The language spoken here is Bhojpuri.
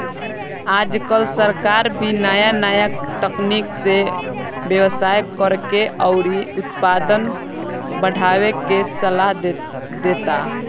आजकल सरकार भी नाया नाया तकनीक से व्यवसाय करेके अउरी उत्पादन बढ़ावे के सालाह देता